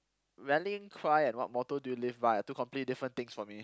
rallying cry and what motto do you live by are two completely different things from it